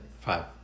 five